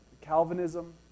Calvinism